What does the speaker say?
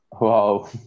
Wow